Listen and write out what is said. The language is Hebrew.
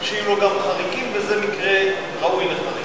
צריך שיהיו לו גם חריגים, וזה מקרה ראוי לחריגה.